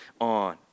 on